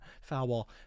Foul